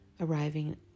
arriving